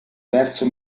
verso